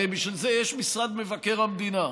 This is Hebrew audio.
הרי בשביל זה יש משרד מבקר המדינה.